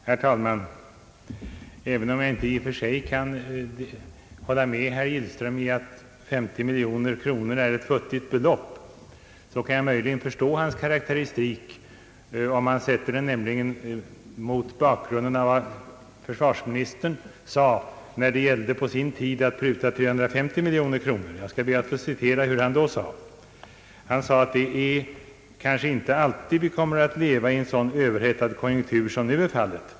Herr talman! Även om jag inte i och för sig kan hålla med herr Gillström om att 50 miljoner kronor är ett futtigt belopp, kan jag möjligen förstå hans karakteristik med tanke på vad försvarsministern antydde när det på sin tid gällde att pruta 350 miljoner kronor, nämligen att »vi kanske inte alltid 1ever i en sådan överhettad konjunktur som nu är fallet.